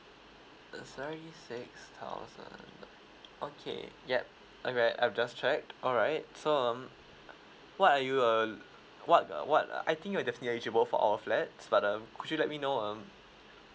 thirty six thousand okay yup alright I've just check alright so um where are you err what err what err I think you're definitely eligible for our flat but um could you let me know um